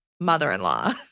mother-in-law